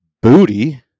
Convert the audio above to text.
booty